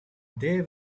they